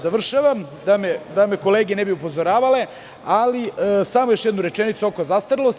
Završavam, da me kolege ne bi upozoravale, ali samo još jednu rečenicu oko zastarelosti.